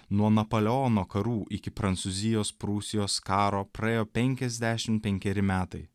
nuo napoleono karų iki prancūzijos prūsijos karo praėjo penkiasdešim penkeri metai